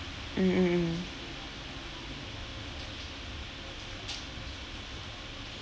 mm mm mm